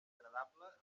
agradable